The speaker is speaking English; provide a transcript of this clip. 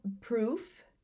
proof